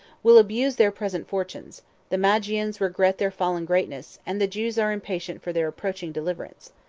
will abuse their present fortune the magians regret their fallen greatness and the jews are impatient for their approaching deliverance.